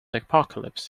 apocalypse